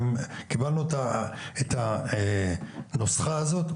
קיבלנו את הנוסחה הזאת.